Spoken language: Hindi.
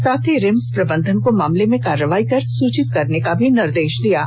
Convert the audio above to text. साथ ही रिम्स प्रबंधन को मामले में कार्रवाई कर सूचित करने का निर्देश दिया है